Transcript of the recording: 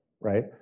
right